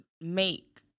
make